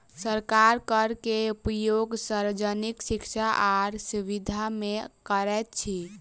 सरकार कर के उपयोग सार्वजनिक शिक्षा आर सुविधा में करैत अछि